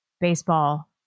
baseball